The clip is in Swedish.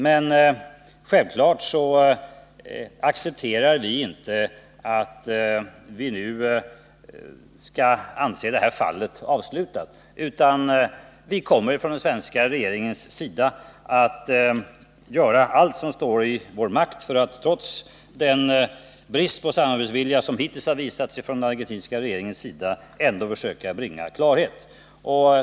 Men vi accepterar självfallet inte att vi nu skall anse detta fall som avslutat, utan vi kommer från den svenska regeringens sida att göra allt som står i vår makt, trots den brist på samarbetsvilja som hittills visats från den argentinska regeringen, för att ändå försöka bringa klarhet i fallet.